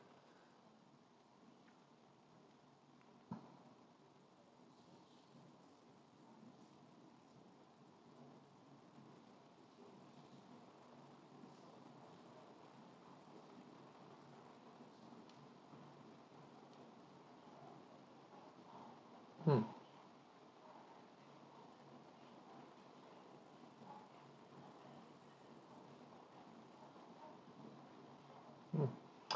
hmm mm